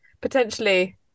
potentially